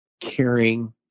caring